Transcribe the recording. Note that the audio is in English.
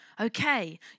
Okay